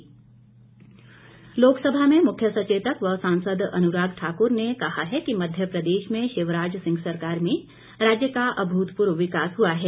अनुराग ठाकुर लोकसभा में मुख्य सचेतक व सांसद अनुराग ठाकुर ने कहा है कि मध्यप्रदेश में शिवराज सिंह सरकार में राज्य का अभूतपूर्व विकास हुआ है